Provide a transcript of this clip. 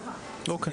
אוקיי.